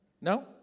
No